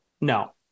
no